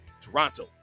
Toronto